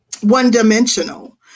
one-dimensional